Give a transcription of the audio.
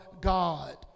God